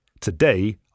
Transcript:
Today